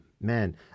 man